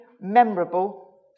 memorable